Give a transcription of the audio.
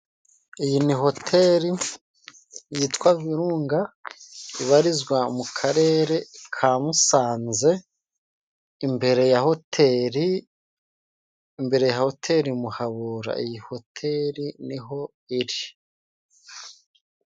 Iyi ni hoteli yitwa virunga ibarizwa mu karere ka musanze imbere ya hoteli mbere hoteli muhabura iyi hotel niho iri.